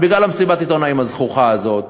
בגלל מסיבת העיתונאים הזחוחה הזאת,